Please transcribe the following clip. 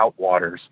Outwaters